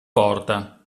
porta